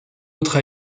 autre